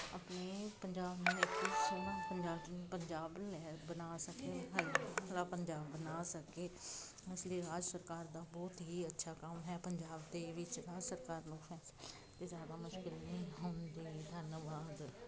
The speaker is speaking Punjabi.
ਆਪਣੇ ਪੰਜਾਬ ਨੂੰ ਇੱਕ ਸੋਹਣਾ ਪੰਜਾ ਪੰਜਾਬ ਲੈ ਬਣਾ ਸਕੇ ਪੰਜਾਬ ਬਣਾ ਸਕੇ ਇਸ ਲਈ ਰਾਜ ਸਰਕਾਰ ਦਾ ਬਹੁਤ ਹੀ ਅੱਛਾ ਕੰਮ ਹੈ ਪੰਜਾਬ ਦੇ ਵਿੱਚ ਰਾਜ ਸਰਕਾਰ ਨੂੰ ਫੈਸਲੇ ਲੈਣ 'ਤੇ ਜ਼ਿਆਦਾ ਮੁਸ਼ਕਲ ਨਹੀਂ ਹੁੰਦੀ ਧੰਨਵਾਦ